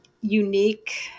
unique